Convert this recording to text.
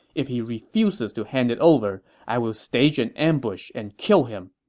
if he refuses to hand it over, i will stage an ambush and kill him.